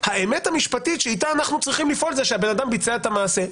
האמת המשפטית שאיתה אנחנו צריכים לפעול זה שהבן אדם ביצע את המעשה.